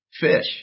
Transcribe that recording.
fish